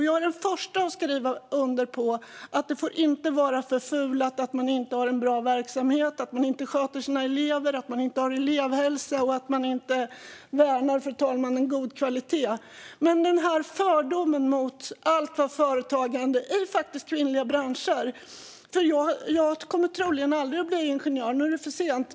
Jag är den första att skriva under på att det inte får vara förfulat - att man inte har en bra verksamhet, att man inte sköter sina elever, att man inte har elevhälsa och att man inte värnar om god kvalitet - men jag accepterar inte denna fördom mot allt vad företagande heter inom dessa kvinnliga branscher. Jag kommer troligen aldrig att bli ingenjör. Nu är det för sent.